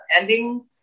ending